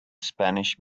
spanish